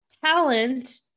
talent